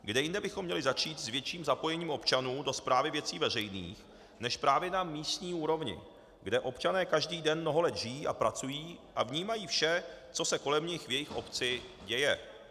Kde jinde bychom měli začít s větším zapojením občanů do správy věcí veřejných než právě na místní úrovni, kde občané každý den mnoho let žijí a pracují a vnímají vše, co se kolem nich v jejich obci děje.